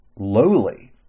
lowly